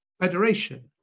Federation